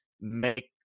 make